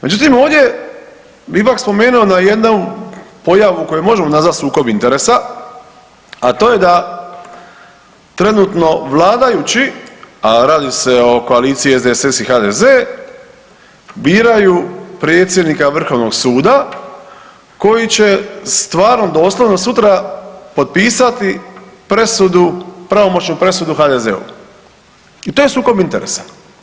Međutim, ovdje bih ipak spomenuo na jednu pojavu koju možemo nazvati sukob interesa a to je da trenutno vladajući, a radi se o koaliciji SDSS i HDZ biraju predsjednika Vrhovnog suda koji će stvarno doslovno sutra potpisati presudu, pravomoćnu presudu HDZ-u i to je sukob interesa.